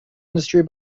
industry